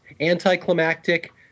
anticlimactic